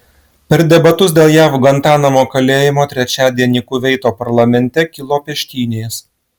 per debatus dėl jav gvantanamo kalėjimo trečiadienį kuveito parlamente kilo peštynės